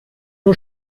nur